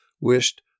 wished